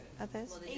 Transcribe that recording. others